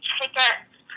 tickets